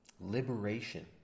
liberation